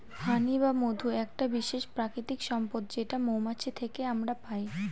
হানি বা মধু একটা বিশেষ প্রাকৃতিক সম্পদ যেটা মৌমাছি থেকে আমরা পাই